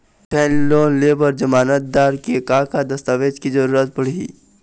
दिखाही लोन ले बर जमानतदार के का का दस्तावेज के जरूरत पड़ही?